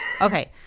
okay